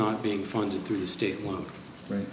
not being funded through the state one right